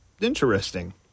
Interesting